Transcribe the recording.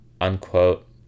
unquote